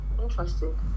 interesting